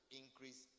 increase